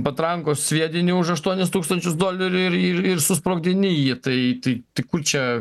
patrankos sviedinį už aštuonis tūkstančius dolerių ir ir susprogdini jį tai tai tai kur čia